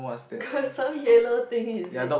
got some yellow thing is it